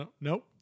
Nope